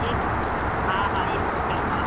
इहे हा हा इहे मोकिलियो हा